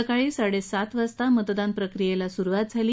सकाळी साडे वाजता मतदान प्रक्रियेस सुरुवात झाली